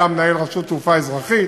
היה מנהל רשות תעופה אזרחית,